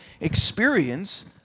experience